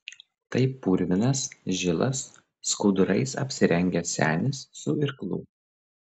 tai purvinas žilas skudurais apsirengęs senis su irklu